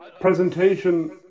presentation